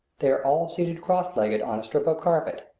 they are all seated cross-legged on a strip of carpet,